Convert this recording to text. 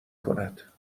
کند